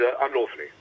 unlawfully